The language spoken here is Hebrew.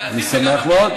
אני רק אומר.